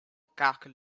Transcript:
cackle